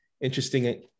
interesting